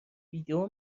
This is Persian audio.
ویدئو